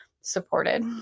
supported